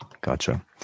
Gotcha